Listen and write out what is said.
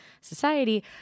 society